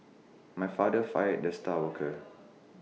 my father fired the star worker